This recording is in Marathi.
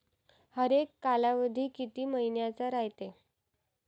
हरेक कालावधी किती मइन्याचा रायते?